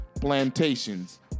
plantations